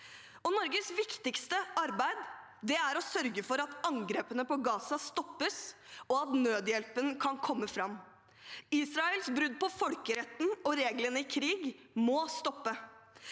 Norges viktigste arbeid er å sørge for at angrepene på Gaza stoppes, og at nødhjelpen kan komme fram. Israels brudd på folkeretten og reglene i krig må stoppe.